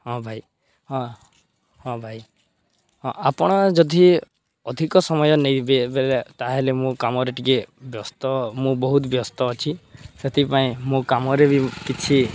ହଁ ଭାଇ ହଁ ହଁ ଭାଇ ହଁ ଆପଣ ଯଦି ଅଧିକ ସମୟ ନେଇବେ ବେଲେ ତା'ହେଲେ ମୁଁ କାମରେ ଟିକେ ବ୍ୟସ୍ତ ମୁଁ ବହୁତ ବ୍ୟସ୍ତ ଅଛି ସେଥିପାଇଁ ମୁଁ କାମରେ ବି କିଛି